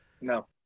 No